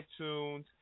iTunes